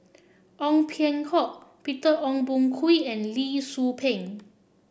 Ong Peng Hock Peter Ong Boon Kwee and Lee Tzu Pheng